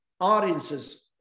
audiences